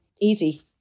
easy